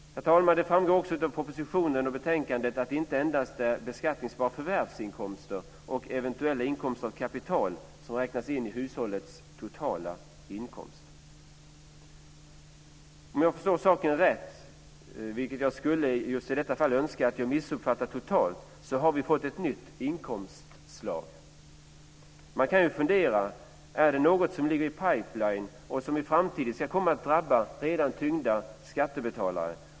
Herr talman! Det framgår också av propositionen och betänkandet att det inte endast är den beskattningsbara förvärvsinkomsten och eventuell inkomst av kapital som räknas in i hushållets totala inkomst. Om jag förstår saken rätt - fast jag skulle just i detta fall önska att jag missuppfattat totalt - så har vi fått ett nytt inkomstslag. Man kan ju fundera: Är detta något som ligger i pipeline och som i framtiden ska komma att drabba redan tyngda skattebetalare?